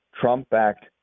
Trump-backed